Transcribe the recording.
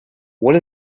what